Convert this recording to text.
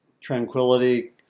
tranquility